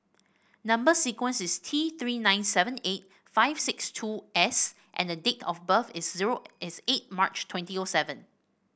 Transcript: number sequence is T Three nine seven eight five six two S and date of birth is zero is eight March twenty O seven